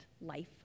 life